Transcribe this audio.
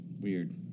Weird